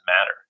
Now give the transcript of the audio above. matter